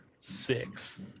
six